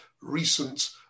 recent